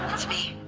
it's me